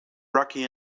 rocky